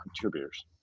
contributors